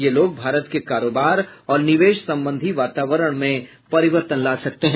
ये लोग भारत के कारोबार और निवेश संबंधी वातावरण में परिवर्तन ला सकते हैं